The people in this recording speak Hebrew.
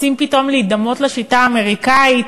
רוצים פתאום להידמות לשיטה האמריקנית,